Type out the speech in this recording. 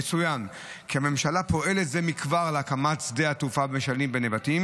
יצוין כי הממשלה פועלת זה מכבר להקמת שדה תעופה משלים בנבטים,